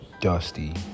dusty